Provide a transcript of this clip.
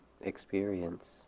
experience